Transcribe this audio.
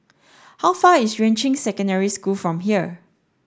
how far is Yuan Ching Secondary School from here